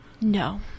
no